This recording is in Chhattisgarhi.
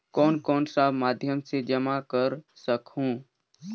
कौन कौन सा माध्यम से जमा कर सखहू?